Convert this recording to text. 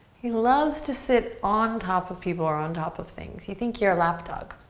he loves to sit on top of people or on top of things. you think you're a lap dog.